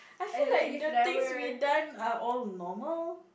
I feel like the things we done are all normal